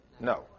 No